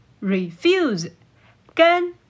refuse,跟